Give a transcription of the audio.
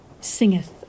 singeth